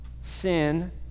Sin